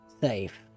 safe